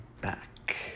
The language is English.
back